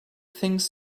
things